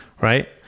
Right